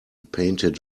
painted